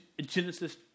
Genesis